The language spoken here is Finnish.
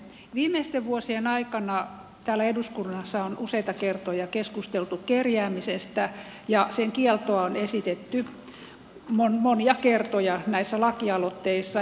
viimeisten vuosien aikana täällä eduskunnassa on useita kertoja keskusteltu kerjäämisestä ja sen kieltoa on esitetty monia kertoja näissä lakialoitteissa